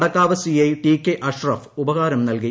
Nadakkavu C I T K Ashraf ഉപഹാരം നല്കി